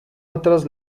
otras